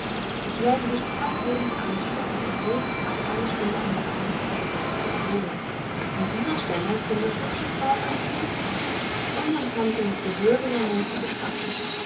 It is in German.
ich werde dich zeitlebens einsperren und jeden tag eine stunde an den beinen aufhängen zur erholung in dieser stellung finde ich hübsche frauen am schönsten und man kann sie mit gehöriger muße betrachten